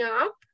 up